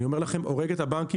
אני אומר לכם, הורג את הבנקים.